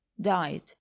died